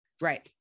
Right